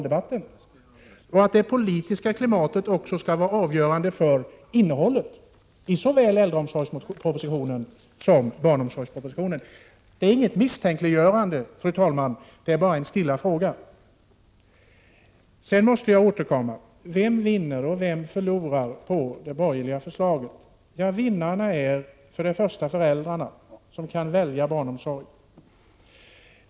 Det är inte det politiska klimatet som skall vara avgörande för innehållet i såväl äldreomsorgspropositionen som barnomsorgspropositionen. — Detta är inget misstänkliggörande, fru talman. Det är bara en stilla fråga. Jag måste återkomma till vem som vinner och vem som förlorar på det borgerliga förslaget. Vinnarna är först och främst föräldrarna, som kan välja barnomsorg.